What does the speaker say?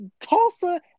Tulsa